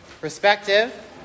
perspective